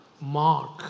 mark